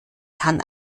kann